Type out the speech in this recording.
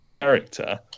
character